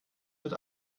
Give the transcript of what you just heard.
mit